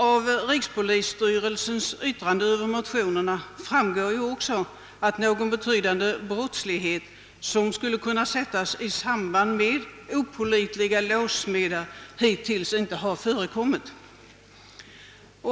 Av rikspolisstyrelsens yttrande över motionerna framgår också, att någon betydande brottslighet, som kan sättas i samband med opålitliga låssmeder, hittills inte förekommit.